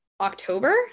October